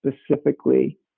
specifically